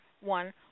one